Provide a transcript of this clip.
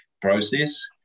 process